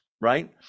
right